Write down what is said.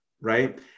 right